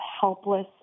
helpless